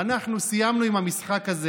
רוב הדברים הם תרגומים מערבית.